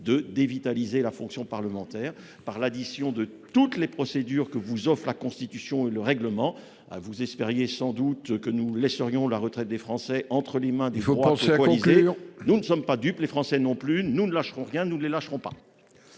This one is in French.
de dévitaliser la fonction parlementaire par l'addition de toutes les procédures que vous offrent la Constitution et le règlement. Vous espériez sans doute que nous laisserions la retraite des Français entre les mains d'une droite coalisée. Il faut conclure ! Nous ne sommes pas dupes, les Français non plus ! Nous ne lâcherons rien, nous ne les lâcherons pas